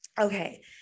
Okay